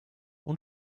und